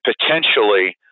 potentially